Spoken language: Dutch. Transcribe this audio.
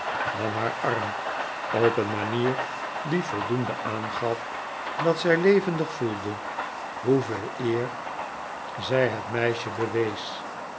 nam haar arm op een manier die voldoende aangaf dat zij levendig voelde hoeveel eer zij het meisje be